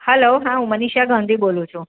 hello હા હું મનીષા ગાંધી બોલું છું